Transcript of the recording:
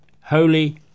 Holy